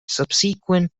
subsequent